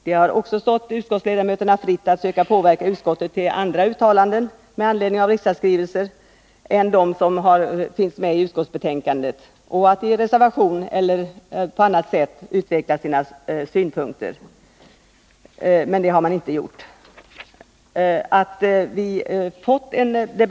Det har också stått riksdagsledamöterna fritt att söka påverka utskottet till andra uttalanden med anledning av regeringsskrivelsen än dem som finns med i utskottsbetänkandet och att i reservation eller på annat sätt närmare utveckla sina synpunkter. Det har man emellertid inte gjort.